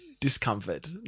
discomfort